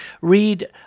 Read